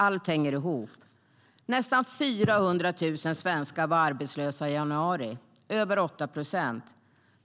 Allt hänger ihop. Nästan 400 000 svenskar var arbetslösa i januari. Det är över 8 procent.